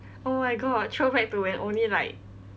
oh my god throwback to when only like